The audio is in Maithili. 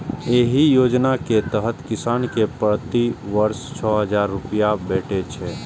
एहि योजना के तहत किसान कें प्रति वर्ष छह हजार रुपैया भेटै छै